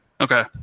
Okay